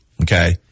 Okay